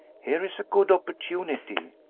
here is a good opportunity,